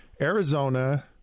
Arizona